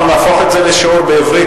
אנחנו נהפוך את זה לשיעור בעברית,